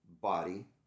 body